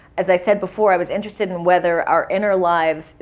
as i said before, i was interested in whether our inner lives,